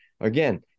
again